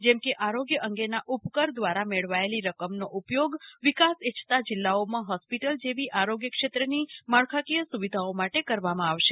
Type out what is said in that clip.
જેમ કે આરોગ્ય અંગેના ઉપકર દ્વારા મેળવાયેલી રકમનો ઉપયોગ વિકાસ ઇચ્છતા જિલ્લાઓમાં હોસ્પિટલ જેવી આરોગ્ય ક્ષેત્રની માળખાકીય સુવિધાઓ માટે કરવામાં આવશે